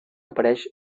apareix